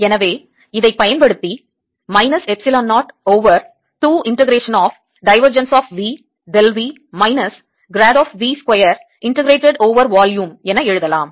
எனவே இதைப் பயன்படுத்தி minus epsilon 0 over 2 integration of divergence of V del V minus grad of V square integrated over volume என எழுதலாம்